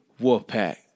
Wolfpack